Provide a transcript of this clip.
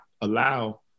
allow